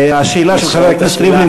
והשאלה של חבר הכנסת ריבלין,